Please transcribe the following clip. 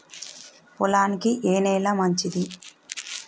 పొలానికి ఏ నేల మంచిది?